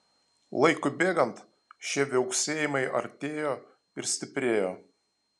laikui bėgant šie viauksėjimai artėjo ir stiprėjo